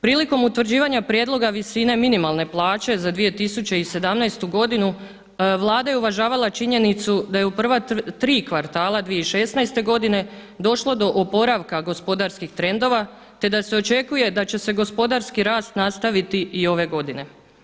Prilikom utvrđivanja prijedloga visine minimalne plaće za 2017. godinu Vlada je uvažavala činjenicu da je u prva tri kvartala 2016. došlo do oporavka gospodarskih trendova te da se očekuje da će se gospodarski rast nastaviti i ove godine.